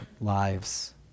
lives